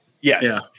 Yes